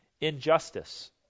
injustice